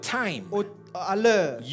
time